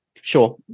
sure